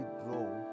grow